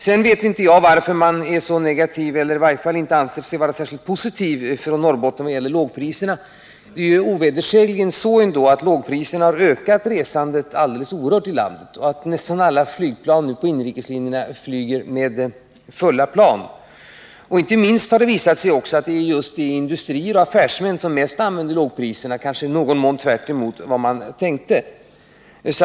Jag har svårt att förstå varför man i Norrbotten inte är särskilt positiv till systemet med lågpriserna. Det är ju ändå ovedersägligen så att detta har ökat resandet i landet alldeles oerhört och att man nästan på alla inrikeslinjer nu flyger med fulla plan. Lågprislinjerna utnyttjas inte minst av industrier och affärsföretag, en utveckling som i någon mån gått tvärt emot vad man tänkte sig.